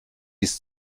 ist